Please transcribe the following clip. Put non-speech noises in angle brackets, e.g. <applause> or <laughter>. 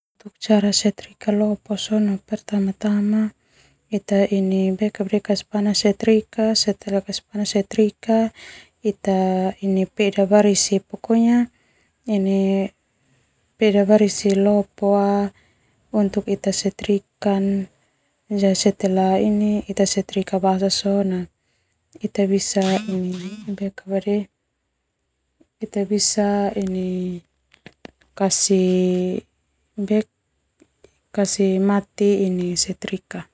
Cara setrika <unintelligible> sona pertama-tama eta ini <hesitation> kasih panas setrika setelah kasih panas setrika pokonya diku lopo basa sona setrika bisa kasih mati setrika.